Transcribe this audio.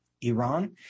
Iran